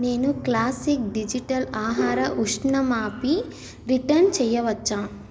నేను classic digital ఆహార ఉష్ణమాపి రిటర్న్ చేయవచ్చా